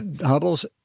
Hubble's